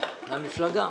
המפלגה.